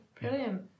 brilliant